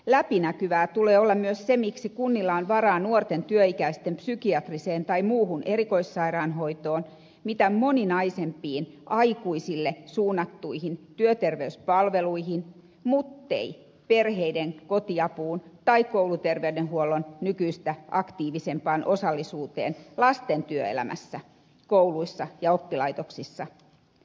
läpinäkyvää tulee olla myös sen miksi kunnilla on varaa nuorten työikäisten psykiatriseen tai muuhun erikoissairaanhoitoon mitä moninaisimpiin aikuisille suunnattuihin työterveyspalveluihin muttei perheiden kotiapuun tai kouluterveydenhuollon nykyistä aktiivisempaan osallisuuteen lasten työelämässä kouluissa ja oppilaitoksissa